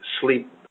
sleep